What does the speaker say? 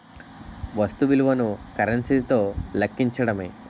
వస్తు విలువను కరెన్సీ తో లెక్కించడమే